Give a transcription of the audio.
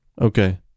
Okay